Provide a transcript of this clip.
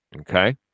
Okay